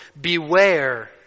beware